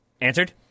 Answered